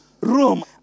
room